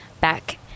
back